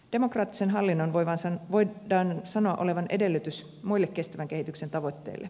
demokraattisen hallinnon voidaan sanoa olevan edellytys muille kestävän kehityksen tavoitteille